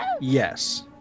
yes